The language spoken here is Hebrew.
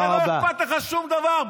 הרי לא אכפת לך משום דבר.